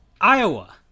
Iowa